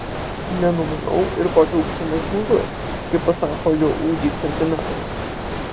nenumanau ir kokio aukštumo žmogus kai pasako jo ūgį centimetrais